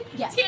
yes